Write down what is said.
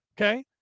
Okay